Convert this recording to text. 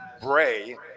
Bray